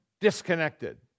disconnected